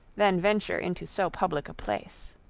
than venture into so public a place.